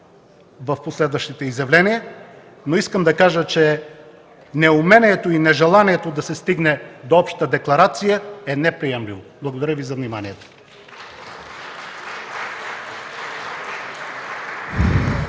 в последващите изявления. Но искам да кажа, че неумението и нежеланието да се стигне до обща декларация е неприемливо. Благодаря Ви за вниманието.